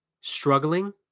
struggling